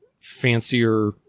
fancier